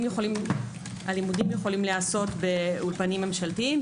הלימודים יכולים להיעשות באולפנים ממשלתיים,